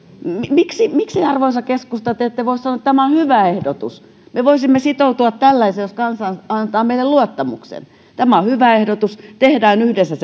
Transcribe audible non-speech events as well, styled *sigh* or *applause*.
miksi arvoisa keskusta te ette voi sanoa että tämä on hyvä ehdotus ja me voisimme sitoutua tällaiseen jos kansa antaa meille luottamuksen tämä on hyvä ehdotus tehdään yhdessä *unintelligible*